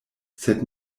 sed